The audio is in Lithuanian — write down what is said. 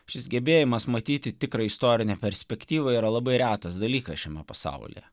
šis gebėjimas matyti tikrą istorinę perspektyvą yra labai retas dalykas šiame pasaulyje